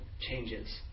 changes